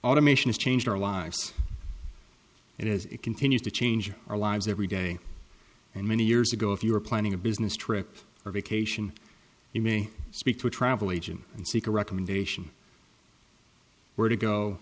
automation has changed our lives and as it continues to change in our lives every day and many years ago if you are planning a business trip or vacation you may speak to a travel agent and seek a recommendation where to go